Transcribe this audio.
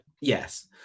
Yes